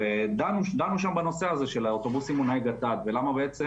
ודנו שם בנושא הזה של האוטובוסים מונעי גט"ד ולמה בעצם